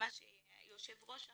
כפי שיושב הראש אמר,